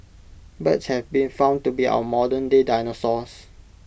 birds have been found to be our modernday dinosaurs